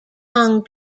kong